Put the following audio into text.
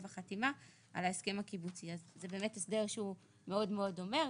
החתימה על ההסכם הקיבוצי"; זה באמת הסדר שהוא מאוד דומה,